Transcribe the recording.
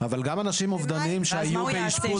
אבל גם אנשים אובדניים שהיו באשפוז